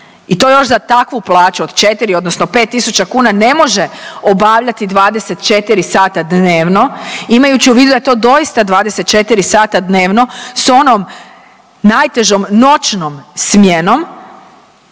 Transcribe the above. i to još za takvu plaću od 4 odnosno 5 tisuća kuna ne može obavljati 24 sata dnevno imajući u vidu da je to doista 24 sata dnevno s onom najtežom noćnom smjenom